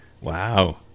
Wow